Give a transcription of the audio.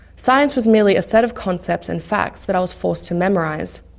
science was merely a set of concepts and facts that i was forced to memorize.